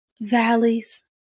valleys